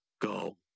go